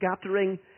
scattering